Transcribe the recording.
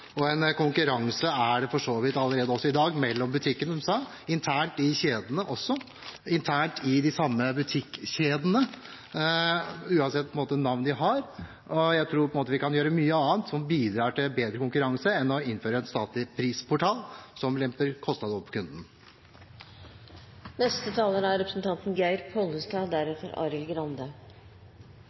Konkurranse er det for så vidt allerede også i dag mellom butikkene, internt i kjedene også – internt i de samme butikkjedene – uansett hvilket navn de har. Jeg tror vi kan gjøre mye annet som bidrar til bedre konkurranse, enn å innføre en statlig prisportal som lemper kostnadene over på kunden.